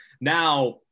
now